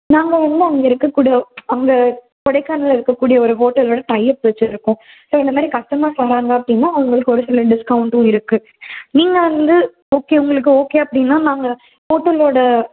நாங்கள் வந்து அங்கே இருக்கக்கூடிய அங்கே கொடைக்கானலில் இருக்கக்கூடிய ஒரு ஹோட்டலில் கூட டையப் வச்சிருக்கோம் ஸோ இந்த மாதிரி கஸ்டமர்ஸ் வர்றாங்க அப்படின்னா அவங்களுக்கு ஒரு சில டிஸ்கவுண்ட்டும் இருக்குது நீங்கள் வந்து ஓகே உங்களுக்கு ஓகே அப்படின்னா நாங்கள் ஹோட்டல்லோடய